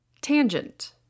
Tangent